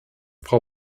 frau